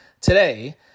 today